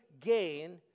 gain